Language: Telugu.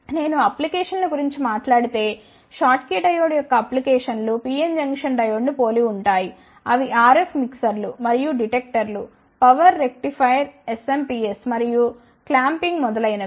నేను అప్లికేషన్ ల గురించి మాట్లాడితే షాట్కీ డయోడ్ యొక్క అప్లికేషన్లు PN జంక్షన్ డయోడ్ను పోలి ఉంటాయి అవి RF మిక్సర్లు మరియు డిటెక్టర్లు పవర్ రెక్టిఫైయర్ SMPS మరియు క్లాంపింగ్ మొదలైనవి